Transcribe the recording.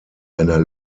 einer